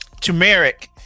turmeric